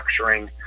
structuring